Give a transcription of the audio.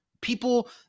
people